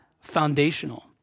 foundational